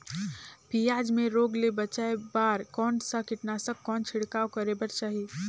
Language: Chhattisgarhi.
पियाज मे रोग ले बचाय बार कौन सा कीटनाशक कौन छिड़काव करे बर चाही?